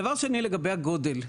דבר שני, לגבי הגודל.